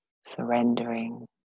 surrendering